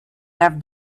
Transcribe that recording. left